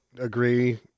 agree